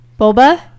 Boba